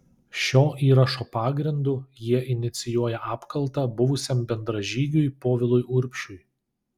šio įrašo pagrindu jie inicijuoja apkaltą buvusiam bendražygiui povilui urbšiui